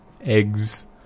eggs